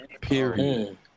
Period